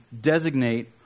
designate